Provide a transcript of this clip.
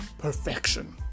Perfection